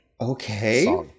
Okay